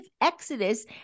exodus